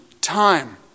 time